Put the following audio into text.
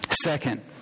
Second